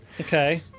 Okay